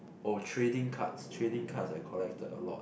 oh trading cards trading cards I collected a lot